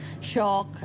shock